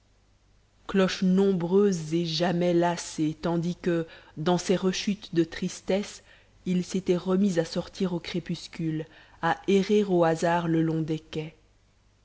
cloches nombreuses et jamais lassées tandis que dans ses rechutes de tristesse il s'était remis à sortir au crépuscule à errer au hasard le long des quais